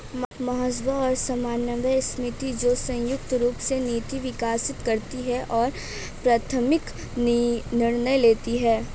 महासभा और समन्वय समिति, जो संयुक्त रूप से नीति विकसित करती है और प्राथमिक निर्णय लेती है